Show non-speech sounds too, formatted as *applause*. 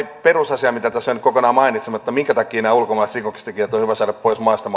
perusasiaa mitä tässä on jäänyt kokonaan mainitsematta minkä takia ulkomaiset rikoksentekijät on hyvä saada pois maasta *unintelligible*